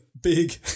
Big